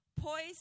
poised